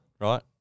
Right